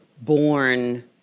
born